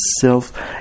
self